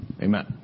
Amen